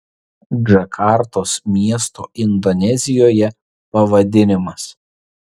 džakartos miesto indonezijoje pavadinimas